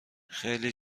خیلی